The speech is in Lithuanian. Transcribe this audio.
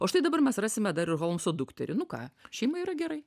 o štai dabar mes rasime dar ir holmso dukterį nu ką šeima yra gerai